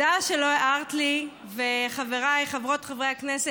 אם אני עולה, לעלות עם ז'קט או בלי ז'קט?